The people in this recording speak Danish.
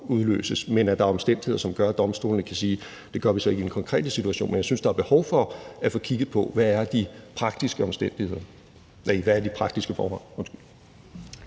udløses, men at der er omstændigheder, som gør, at domstolene kan sige: Det gør vi så ikke i den konkrete situation. Men jeg synes, der er behov for at få kigget på, hvad de praktiske forhold er. Kl. 11:15 Første næstformand